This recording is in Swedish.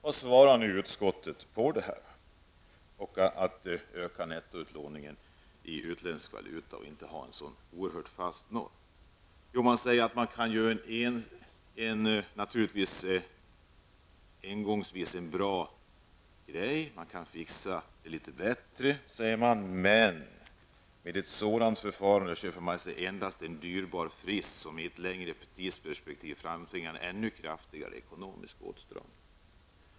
Vad skriver nu utskottet med anledning av förslaget att öka nettoupplåningen i utländsk valuta och inte ha en sådan oerhört fast norm? Jo, man medger att det naturligtvis engångsvis är en bra sak, man kan ordna det hela litet bättre. Men sedan skriver utskottet: ''Med ett sådant förfarande köper man sig endast en dyrbar frist som i ett längre tidsperspektiv framtvingar en än kraftigare ekonomisk åtstramning.''